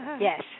Yes